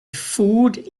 food